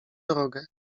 drogę